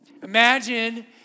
Imagine